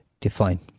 define